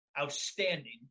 Outstanding